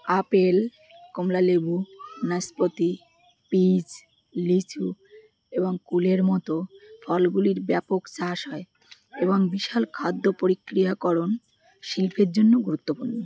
apple কমলালেবু ন্যাশপাতি peach লিচু এবং কুলের মতো ফলগুলির ব্যাপক চাষ হয় এবং বিশাল খাদ্য প্রতিক্রিয়াকরণ শিল্পের জন্য গুরুত্বপূর্ণ